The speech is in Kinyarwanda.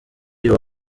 uyu